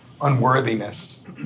unworthiness